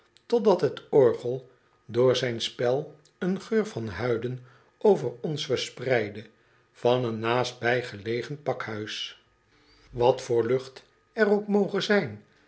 totdat het orgel door zijn spel een geur van huiden over ons verspreidde van een naastbijgelegen pakhuis wat voor lucht er ook moge zijn